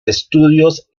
estudios